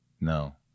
No